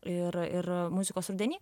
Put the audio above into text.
ir ir muzikos rudeny